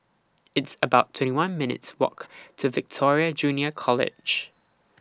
It's about twenty one minutes' Walk to Victoria Junior College